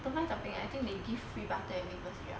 mine topping leh I think they give free butter and maple syrup